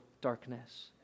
darkness